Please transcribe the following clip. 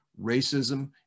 racism